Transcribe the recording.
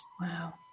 Wow